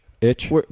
Itch